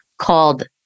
called